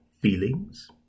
feelings